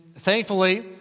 thankfully